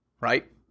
right